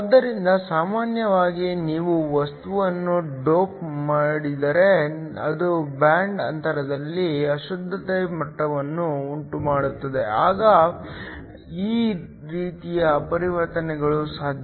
ಆದ್ದರಿಂದ ಸಾಮಾನ್ಯವಾಗಿ ನೀವು ವಸ್ತುವನ್ನು ಡೋಪ್ ಮಾಡಿದರೆ ಅದು ಬ್ಯಾಂಡ್ ಅಂತರದಲ್ಲಿ ಅಶುದ್ಧತೆಯ ಮಟ್ಟವನ್ನು ಉಂಟುಮಾಡುತ್ತದೆ ಆಗ ಈ ರೀತಿಯ ಪರಿವರ್ತನೆಗಳು ಸಾಧ್ಯ